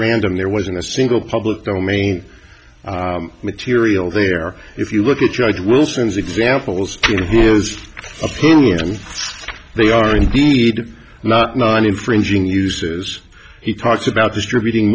random there wasn't a single public domain material there if you look at judge wilson's examples in his opinion they are indeed not nine infringing uses he talks about distributing